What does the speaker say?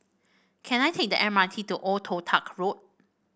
can I take the M R T to Old Toh Tuck Road